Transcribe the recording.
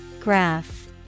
Graph